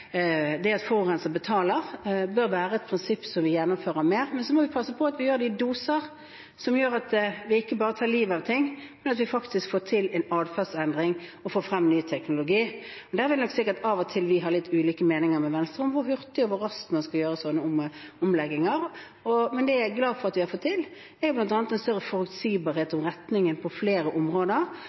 det at forurenser betaler, bør være et prinsipp som vi gjennomfører mer. Men så må vi passe på at vi gjør det i doser, som gjør at vi ikke bare tar livet av ting, men at vi faktisk får til en atferdsendring og får frem ny teknologi. Der vil vi nok sikkert ha litt ulike meninger enn Venstre om hvor hurtig og hvor raskt man skal gjøre sånne omlegginger. Det jeg er glad for at vi har fått til, er bl.a. en større forutsigbarhet når det gjelder retningen på flere områder.